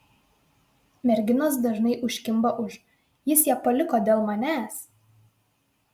merginos dažnai užkimba už jis ją paliko dėl manęs